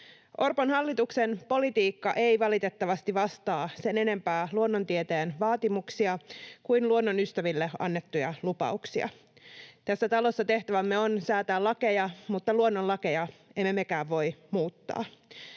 Orpon hallituksen politiikka ei valitettavasti vastaa sen enempää luonnontieteen vaatimuksia kuin luonnonystäville annettuja lupauksia. Tässä talossa tehtävämme on säätää lakeja, mutta luonnonlakeja emme mekään voi muuttaa.